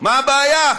מה הבעיה?